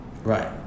right